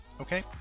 okay